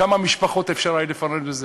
כמה משפחות אפשר היה לפרנס בזה,